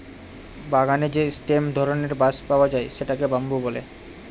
বাগানে যে স্টেম ধরনের বাঁশ পাওয়া যায় সেটাকে বাম্বু বলে